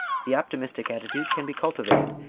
the optimistic attitude can be cultivated,